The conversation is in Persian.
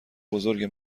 بزرگ